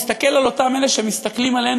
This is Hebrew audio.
אני מסתכל על אותם אלה שמסתכלים עלינו,